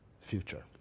future